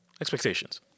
Expectations